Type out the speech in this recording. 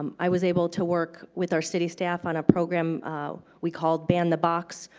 um i was able to work with our city staff on a program we called banned the box,